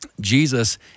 Jesus